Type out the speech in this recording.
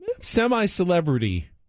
semi-celebrity